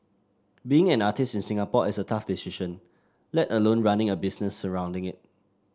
being an artist in Singapore is a tough decision let alone running a business surrounding it